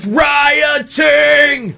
rioting